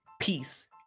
peace